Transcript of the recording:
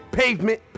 pavement